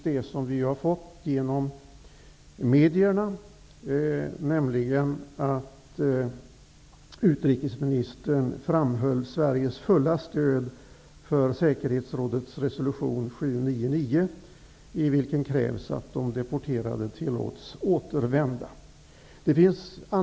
Det som vi har fått veta genom medierna, nämligen att utrikesministern framhöll Sveriges fulla stöd för säkerhetsrådets resolution 799, i vilken krävs att de deporterade tillåts återvända, är också bra.